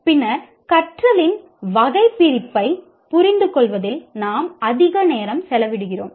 பின்னர் கற்றலின் வகைபிரிப்பைப் புரிந்துகொள்வதில் நாம் அதிக நேரம் செலவிடுகிறோம்